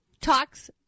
talks